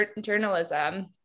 journalism